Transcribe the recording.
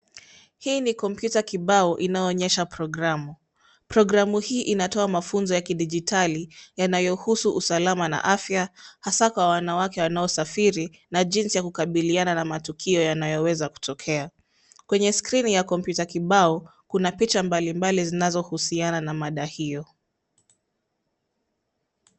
Hii ni kompyuta kibao inaoonyesha programu. Programu hii inatoa mafunzo ya kidijitali yanayohusu usalama na afya hasa kwa wanawake wanaosafiri na jinsi ya kukabiliana na matukio yanayoweza kutokea. Kwenye skrini ya kompyuta kibao, kuna picha mbalimbali zinazohusiana na mada hiyo.